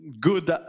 good